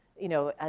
you know, ah